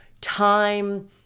time